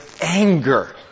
anger